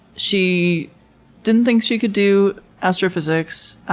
she didn't think she could do astrophysics,